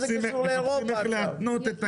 מחפשים איך להתנות את האימוץ.